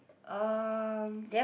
um